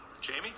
Jamie